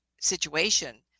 situation